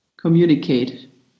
communicate